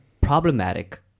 Problematic